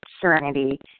serenity